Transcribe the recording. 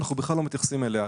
אנחנו בכלל לא מתייחסים אליה,